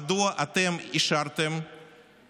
מדוע אתם אישרתם את